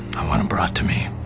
i want him brought to me.